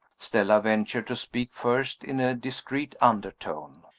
stella ventured to speak first, in a discreet undertone.